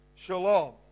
Shalom